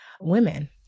women